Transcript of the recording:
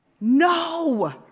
no